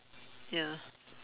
ya